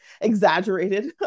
exaggerated